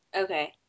Okay